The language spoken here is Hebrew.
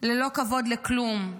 ללא כבוד לכלום.